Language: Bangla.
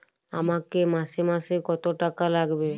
আমাকে মাসে মাসে কত টাকা লাগবে?